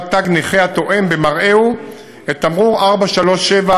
תג נכה התואם במראהו את תמרור 437,